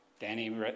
Danny